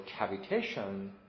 cavitation